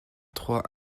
trois